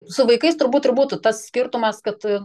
su vaikais turbūt ir būtų tas skirtumas kad